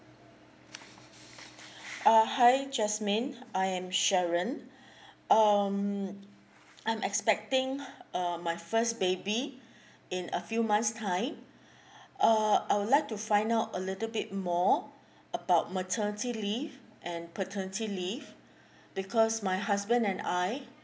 uh hi jasmine I am sharon um I'm expecting uh my first baby in a few months time uh I would like to find out a little bit more about maternity leave and paternity leave because my husband and I